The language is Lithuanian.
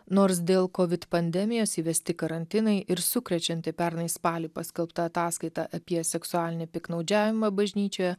nors dėl kovid pandemijos įvesti karantinai ir sukrečianti pernai spalį paskelbta ataskaita apie seksualinį piktnaudžiavimą bažnyčioje